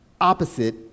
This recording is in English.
opposite